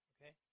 Okay